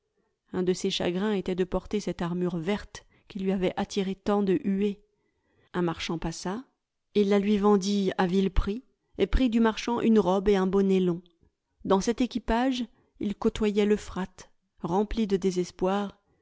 un de ses chagrins était de porter cette armure verte qui lui avait attiré tant de huées un marchand passa il la lui vendit à vil prix et prit du marchand une robe et un bonnet long dans cet équipage il côtoyait l'euphrate rempli de désespoir